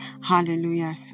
Hallelujah